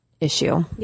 issue